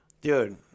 Dude